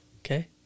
Okay